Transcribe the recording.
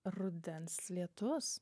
rudens lietus